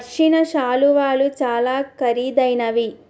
పశ్మిన శాలువాలు చాలా ఖరీదైనవి